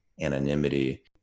anonymity